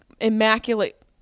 immaculate